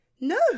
No